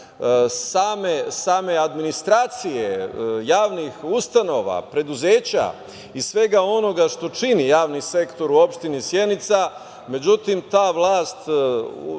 same administracije javnih ustanova, preduzeća i svega onoga što čini javni sektor u opštini Sjenica, međutim, ta vlast